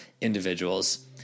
individuals